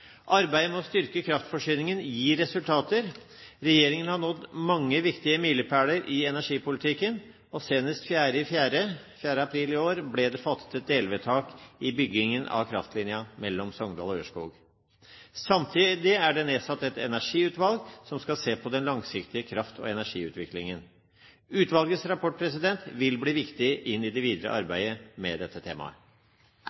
Arbeidet med å styrke kraftforsyningen gir resultater. Regjeringen har nådd mange viktige milepæler i energipolitikken. Senest 4. april i år ble det fattet et delvedtak i byggingen av kraftlinjen mellom Sogndal og Ørskog. Samtidig er det nedsatt et energiutvalg som skal se på den langsiktige kraft- og energiutviklingen. Utvalgets rapport vil bli viktig i det videre